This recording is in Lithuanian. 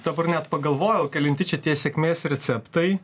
dabar net pagalvojau kelinti čia tie sėkmės receptai